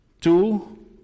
two